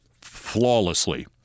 flawlessly